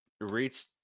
reached